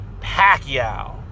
Pacquiao